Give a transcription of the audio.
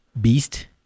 Beast